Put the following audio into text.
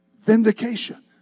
Vindication